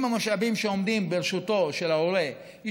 אם המשאבים שעומדים לרשותו של ההורה הם